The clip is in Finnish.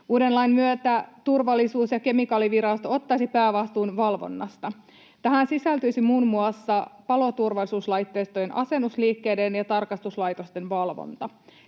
Uuden lain myötä Turvallisuus- ja kemikaalivirasto ottaisi päävastuun valvonnasta. Tähän sisältyisi muun muassa paloturvallisuuslaitteistojen asennusliikkeiden ja tarkastuslaitosten valvonta.